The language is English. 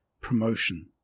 Promotion